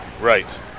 Right